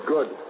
Good